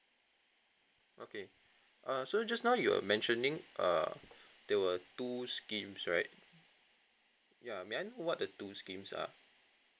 okay uh so just now you were mentioning err there were two schemes right ya may I know what the two schemes are